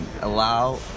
allow